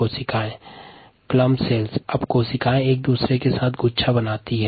चूंकि इस स्थिति में कोशिका एक दूसरे के साथ गुच्छे बनती हैं